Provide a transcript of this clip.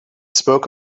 spoke